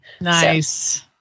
Nice